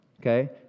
Okay